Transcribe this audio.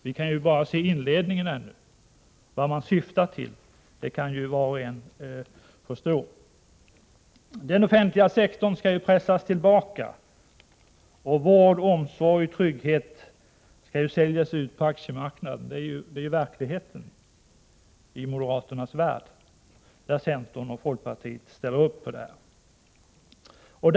Vi kan bara se inledningen ännu, men vad man syftar till kan ju var och en förstå. Den offentliga sektorn skall pressas tillbaka. Vård, omsorg och trygghet skall säljas ut på aktiemarknaden. Det är verkligheten i moderaternas värld, där centern och folkpartiet ställer upp för de moderaterna idéerna.